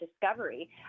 discovery